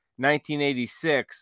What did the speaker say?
1986